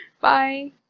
Bye